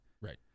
right